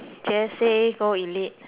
just say go elite